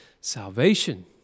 salvation